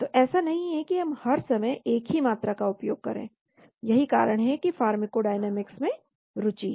तो ऐसा नहीं है कि हम हर समय एक ही मात्रा का उपयोग करे यही कारण है कि फार्माकोडायनामिक्स में रुचि है